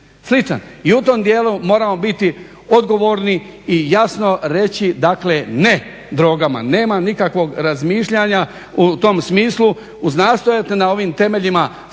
I u tom dijelu moramo biti odgovorni i jasno reći, dakle ne drogama. Nemam nikakvog razmišljanja u tom smislu uz, nastojati na ovim temeljima stvoriti,